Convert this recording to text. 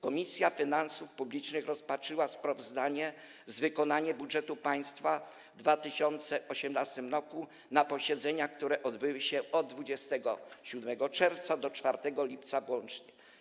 Komisja Finansów Publicznych rozpatrzyła sprawozdanie z wykonania budżetu państwa w 2018 r. na posiedzeniach, które odbyły się w dniach od 27 czerwca do 4 lipca włącznie.